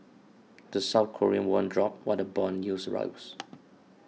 the South Korean won dropped while the bond yields rose